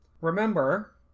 Remember